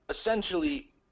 essentially